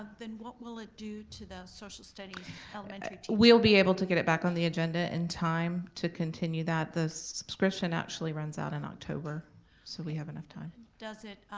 then what will it do to the social studies elementary teachers? we'll be able to get it back on the agenda in time to continue that. the subscription actually runs out in october so we have enough time. does it